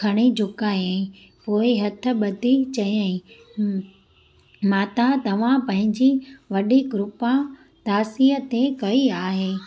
खणी झूकायई पोइ हथ ॿधी चयई म माता तव्हां पंहिंजी वॾी कृपा दासीअ ते कई आहे